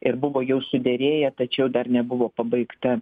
ir buvo jau suderėję tačiau dar nebuvo pabaigta